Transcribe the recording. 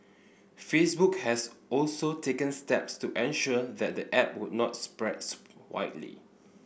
Facebook has also taken steps to ensure that the app would not spreads widely